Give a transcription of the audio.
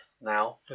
now